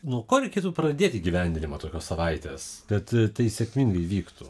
nuo ko reikėtų pradėti gyvendinimą tokios savaitės kad tai sėkmingai vyktų